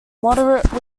moderate